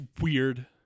weird